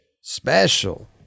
special